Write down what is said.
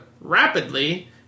rapidly